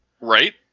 Right